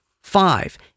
Five